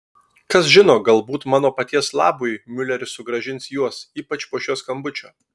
kas žino galbūt mano paties labui miuleris sugrąžins juos ypač po šio skambučio